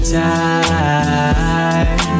time